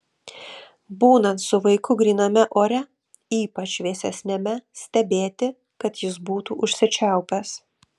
būnant su vaiku gryname ore ypač vėsesniame stebėti kad jis būtų užsičiaupęs